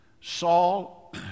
Saul